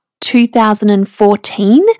2014